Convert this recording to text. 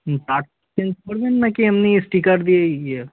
হুম parts change করবেন না কি এমনি স্টিকার দিয়ে ইয়ে